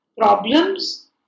problems